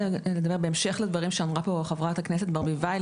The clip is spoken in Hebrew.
בהמשך לדברים שאמרה פה חברת הכנסת ברביבאי,